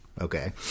okay